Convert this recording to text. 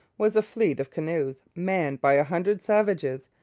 was a fleet of canoes manned by a hundred savages,